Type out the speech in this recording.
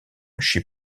chez